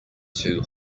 too